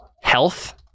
health